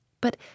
But